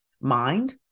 mind